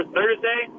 Thursday